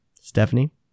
Stephanie